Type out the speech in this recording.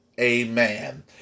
Amen